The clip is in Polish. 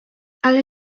ale